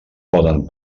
poden